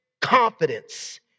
confidence